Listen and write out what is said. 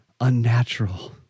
unnatural